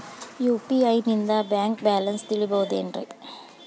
UPI ನಿಂದ bank balance ತಿಳಿಬಹುದೇನ್ರಿ?